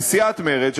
וסיעת מרצ,